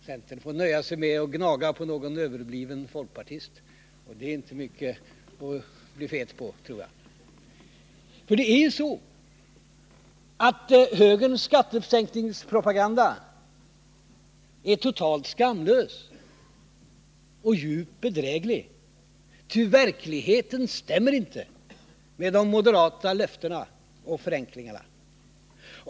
Centern får nöja sig med att gnaga på någon överbliven folkpartist, och det är inte mycket att bli fet på. Högerns skattesänkningspropaganda är ju totalt skamlös och djupt bedräglig, ty verkligheten stämmer inte med de moderata löftena och förenklingarna.